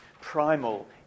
primal